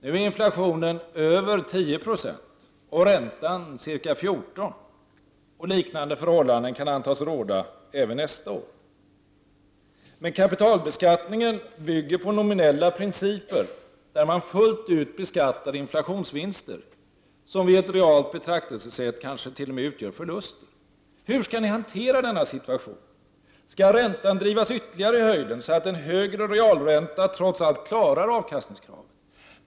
Nu är inflationen över 10 26 och räntan ca 14 26, och liknande förhållanden kan antas råda även nästa år. Men kapitalbeskattningen bygger på nominella principer, där man fullt ut beskattar inflationsvinster som vid ett realt betraktelsesätt kanske t.o.m. utgör förluster. Hur skall ni hantera denna situation? Skall räntan drivas ytterligare i höjden, så att en högre realränta trots allt klarar avkastningskravet?